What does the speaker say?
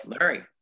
Larry